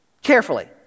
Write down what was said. Carefully